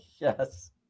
Yes